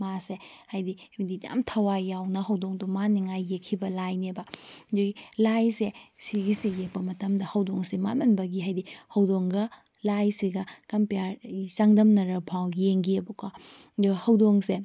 ꯃꯥꯁꯦ ꯍꯥꯏꯗꯤ ꯍꯥꯏꯕꯗꯤ ꯌꯥꯝ ꯊꯋꯥꯏ ꯌꯥꯎꯅ ꯍꯧꯗꯣꯡꯗꯣ ꯃꯥꯟꯅꯤꯡꯉꯥꯏ ꯌꯦꯛꯈꯤꯕ ꯂꯥꯏꯅꯦꯕ ꯑꯗꯨꯒꯤ ꯂꯥꯏꯁꯦ ꯁꯤꯒꯤꯁꯤ ꯌꯦꯛꯄ ꯃꯇꯝꯗ ꯍꯧꯗꯣꯡꯁꯦ ꯃꯥꯟꯃꯟꯕꯒꯤ ꯍꯥꯏꯗꯤ ꯍꯧꯗꯣꯡꯒ ꯂꯥꯏꯁꯤꯒ ꯀꯝꯄꯤꯌꯔ ꯍꯥꯏꯗꯤ ꯆꯥꯡꯗꯝꯅꯔꯐꯥꯎ ꯌꯦꯡꯈꯤꯕꯀꯣ ꯑꯗꯨ ꯍꯧꯗꯣꯡꯁꯦ